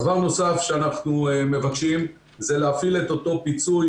דבר נוסף שאנחנו מבקשים הוא להפעיל את אותו פיצוי